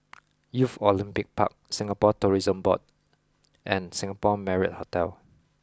Youth Olympic Park Singapore Tourism Board and Singapore Marriott Hotel